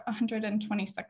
126